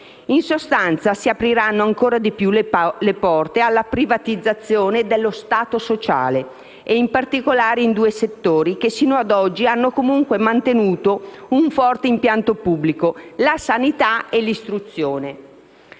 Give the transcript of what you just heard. In sostanza, si apriranno ancora di più le porte alla privatizzazione dello Stato sociale, e in particolare in due settori che sino a oggi hanno comunque mantenuto un forte impianto pubblico: la sanità e l'istruzione.